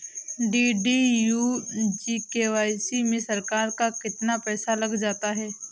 DDU GKY में सरकार का कितना पैसा लग जाता है?